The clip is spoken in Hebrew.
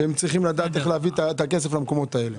שהם צריכים לדעת איך להביא את הכסף למקומות האלה.